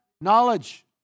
knowledge